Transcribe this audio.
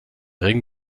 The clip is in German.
ring